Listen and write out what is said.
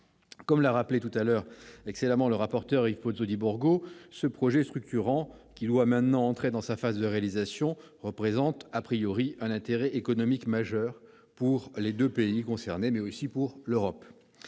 Comme l'a rappelé excellemment le rapporteur Yves Pozzo di Borgo, ce projet structurant, qui entre dans sa phase de réalisation, représente un intérêt économique majeur pour les deux pays concernés, mais aussi pour l'Europe.